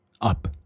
Up